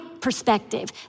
perspective